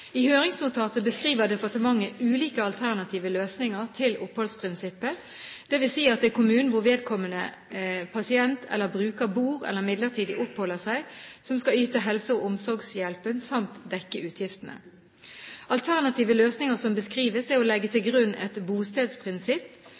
I høringsnotatet beskriver departementet ulike alternative løsninger for oppholdsprinsippet, dvs. at det er kommunen hvor vedkommende pasient eller bruker bor eller midlertidig oppholder seg, som skal yte helse- og omsorgshjelpen samt dekke utgiftene. Alternative løsninger som beskrives, er å legge til